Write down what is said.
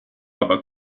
aber